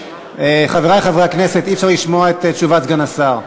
חברי חברי הכנסת, אי-אפשר לשמוע את תשובת סגן השר.